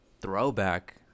throwback